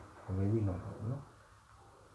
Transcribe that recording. maybe not no